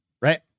Right